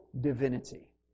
divinity